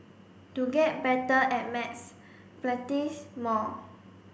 to get better at maths practise more